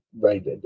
right